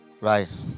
Right